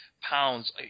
pounds